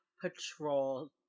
patrol